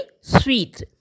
sweet